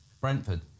Brentford